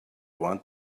want